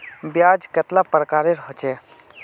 ब्याज कतेला प्रकारेर होचे?